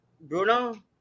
Bruno